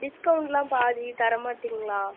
டிஸ்கவுன்டெலாம் பாதி தரமாட்டீங்களா